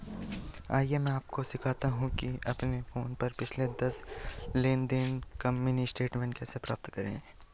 आइए मैं आपको सिखाता हूं कि अपने फोन पर पिछले दस लेनदेन का मिनी स्टेटमेंट कैसे प्राप्त करें